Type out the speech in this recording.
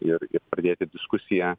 ir pradėti diskusiją